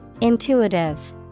Intuitive